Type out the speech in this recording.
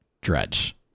Dredge